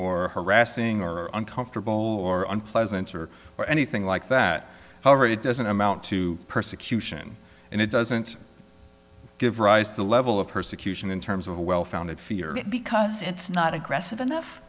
or harassing or uncomfortable or unpleasant or or anything like that however it doesn't amount to persecution and it doesn't give rise to a level of persecution in terms of a well founded fear because it's not aggressive enough